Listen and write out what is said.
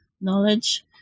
knowledge